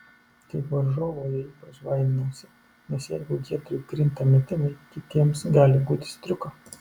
kaip varžovo jo ypač baiminausi nes jeigu giedriui krinta metimai kitiems gali būti striuka